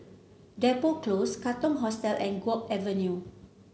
Depot Close Katong Hostel and Guok Avenue